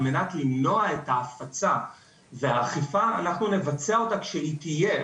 מנת למנוע את ההפצה והאכיפה ואנחנו נבצע אותה שהיא תהיה,